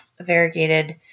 variegated